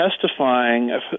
testifying